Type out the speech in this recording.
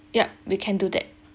yup we can do that